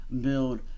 build